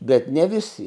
bet ne visi